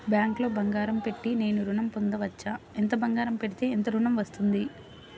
బ్యాంక్లో బంగారం పెట్టి నేను ఋణం పొందవచ్చా? ఎంత బంగారం పెడితే ఎంత ఋణం వస్తుంది?